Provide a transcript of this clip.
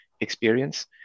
experience